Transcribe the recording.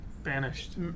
banished